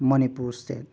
Manipur state